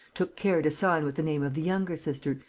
took care to sign with the name of the younger sister,